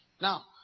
Now